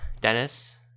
Dennis